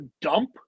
dump